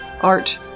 art